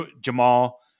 Jamal